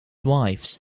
wives